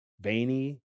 veiny